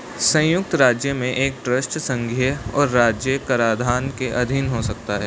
संयुक्त राज्य में एक ट्रस्ट संघीय और राज्य कराधान के अधीन हो सकता है